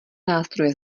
nástroje